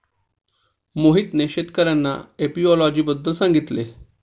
मोहितने शेतकर्यांना एपियोलॉजी बद्दल सांगितले